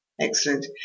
Excellent